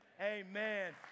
Amen